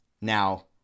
Now